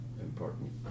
important